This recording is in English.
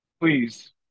please